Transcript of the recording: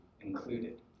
included